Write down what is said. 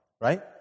right